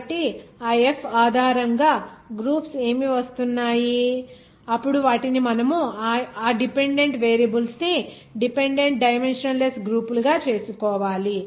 కాబట్టి ఆ F ఆధారంగా గ్రూప్స్ ఏమి వస్తున్నాయి అప్పుడు వాటిని మనము ఆ డిపెండెంట్ వేరియబుల్స్ ని డిపెండెంట్ డైమెన్షన్ లెస్ గ్రూపు లుగా చేసుకోవాలి